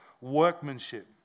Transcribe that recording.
workmanship